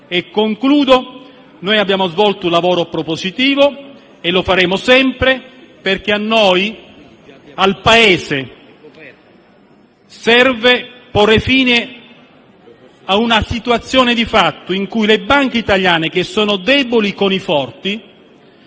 in conclusione, noi abbiamo svolto un lavoro propositivo e lo faremo sempre, perché al Paese serve porre fine a una situazione di fatto in cui le banche italiane, che sono deboli con i forti,